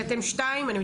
שתי